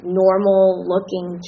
normal-looking